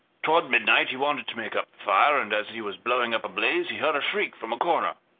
toward midnight he wanted to make up the fire, and as he was blowing up a blaze he heard a shriek from a corner.